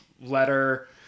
letter